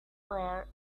were